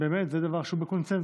ובאמת זה דבר שהוא בקונסנזוס.